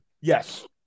Yes